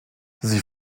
sie